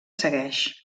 segueix